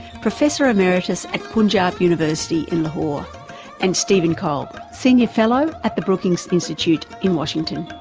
professor emeritus at pun jab university in lahore and stephen cohen, senior fellow at the brookings institute in washington.